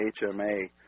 hma